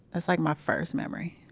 that's like my first memory.